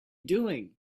doing